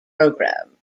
program